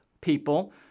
people